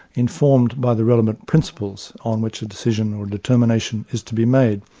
informed by the relevant principles on which a decision or determination is to be made.